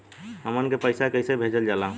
हमन के पईसा कइसे भेजल जाला?